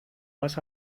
vas